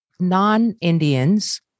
non-Indians